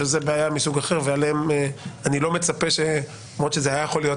שזו בעיה מסוג אחר ואני לא מצפה למרות שזה היה יכול להיות